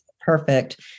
perfect